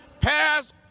pass